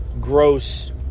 gross